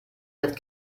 mit